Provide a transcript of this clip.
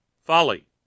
Folly